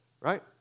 right